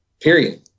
Period